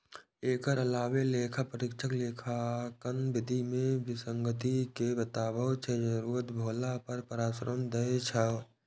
एकर अलावे लेखा परीक्षक लेखांकन विधि मे विसंगति कें बताबै छै, जरूरत भेला पर परामर्श दै छै